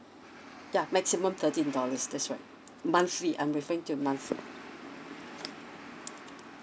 yeah maximum thirty dollars that's right monthly I'm referring to my month